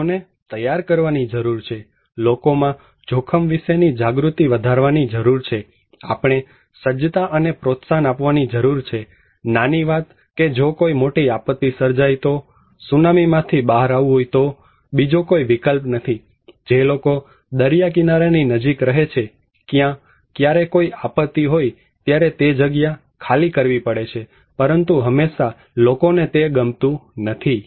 લોકો ને તૈયાર કરવાની જરૂર છે લોકો જોખમ વિશેની જાગૃતિ વધારવાની જરૂર છે આપણે સજ્જતા અને પ્રોત્સાહન આપવાની જરૂર છે નાની વાત કે જો કોઈ મોટી આપત્તિ સર્જાય તો સુનામી માથી બહાર આવવું હોય તો બીજો કોઈ વિકલ્પ નથી જે લોકો દરિયાકિનારાની નજીક રહે છે ક્યાં ક્યારે કોઈ આપત્તિ હોય ત્યારે તે જગ્યા ખાલી કરવી પડે છે પરંતુ હંમેશા લોકોને તે ગમતું નથી